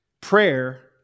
prayer